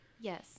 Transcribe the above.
Yes